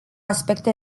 aspecte